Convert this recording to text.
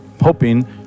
hoping